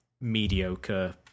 mediocre